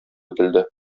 ителде